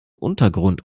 untergrund